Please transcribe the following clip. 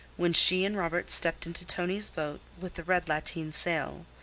when she and robert stepped into tonie's boat, with the red lateen sail,